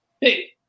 hey